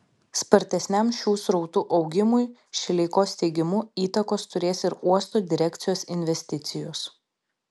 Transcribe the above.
spartesniam šių srautų augimui šileikos teigimu įtakos turės ir uosto direkcijos investicijos